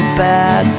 bad